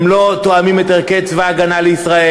תבדוק את זה שוב.